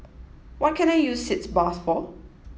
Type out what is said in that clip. what can I use Sitz Bath for